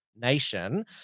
nation